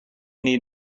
need